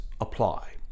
apply